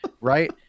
Right